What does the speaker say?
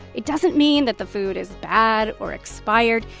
it doesn't mean that the food is bad or expired.